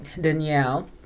Danielle